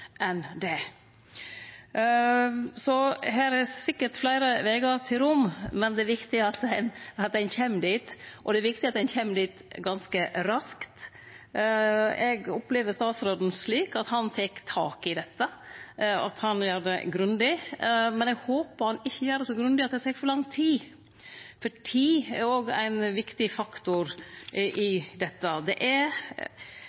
enn det. Det er sikkert fleire vegar til Rom, men det er viktig at ein kjem dit, og det er viktig at ein kjem dit ganske raskt. Eg opplever statsråden slik at han tek tak i dette, og at han gjer det grundig, men eg håpar han ikkje gjer det så grundig at det tek for lang tid, for tid er òg ein viktig faktor